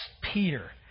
Peter